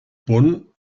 bonn